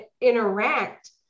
interact